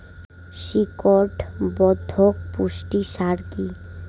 শিকড় বর্ধক পুষ্টি সার কি?